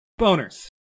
Boners